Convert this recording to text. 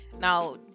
Now